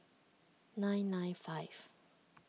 nine nine five